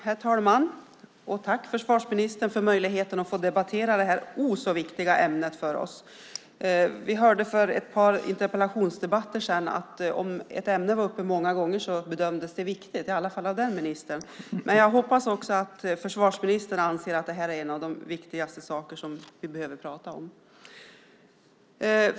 Herr talman! Tack, försvarsministern, för möjligheten att få debattera detta viktiga ämne! Vi hörde i en tidigare interpellationsdebatt att om ett ämne var uppe många gånger bedömdes det viktigt, i alla fall enligt den ministern. Jag hoppas också att försvarsministern anser att det här är en av de viktigaste saker vi behöver prata om.